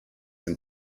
and